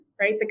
right